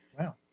Wow